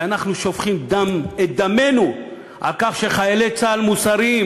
שאנחנו שופכים את דמנו על כך שחיילי צה"ל מוסריים,